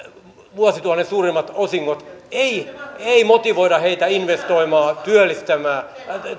vuosituhannen suurimmat osingot ei ei motivoida heitä investoimaan työllistämään